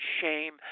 shame